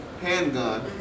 handgun